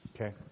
Okay